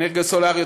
אנרגיות סולריות,